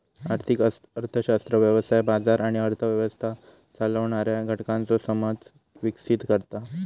आर्थिक अर्थशास्त्र व्यवसाय, बाजार आणि अर्थ व्यवस्था चालवणाऱ्या घटकांचो समज विकसीत करता